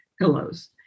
pillows